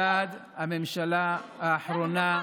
וראה כיצד הממשלה האחרונה,